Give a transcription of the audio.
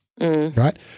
Right